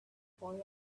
boy